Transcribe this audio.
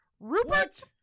Rupert